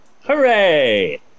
Hooray